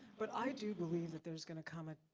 but i do believe that there's gonna come a,